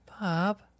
Bob